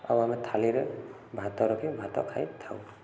ଆଉ ଆମେ ଥାଲିରେ ଭାତ ରଖି ଭାତ ଖାଇଥାଉ